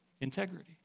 Integrity